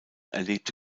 erlebte